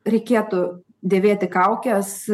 reikėtų dėvėti kaukes